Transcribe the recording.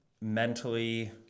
mentally